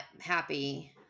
happy